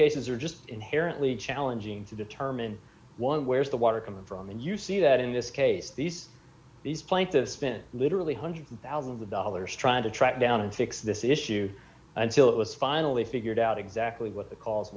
cases are just inherently challenging to determine one where's the water coming from and you see that in this case these these plaintiffs spent literally hundreds of thousands of dollars trying to track down and fix this issue until it was finally figured out exactly what the ca